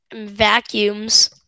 vacuums